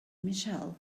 michelle